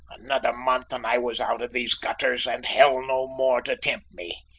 another month and i was out of these gutters and hell no more to tempt me.